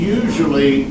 usually